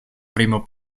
primo